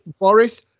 Boris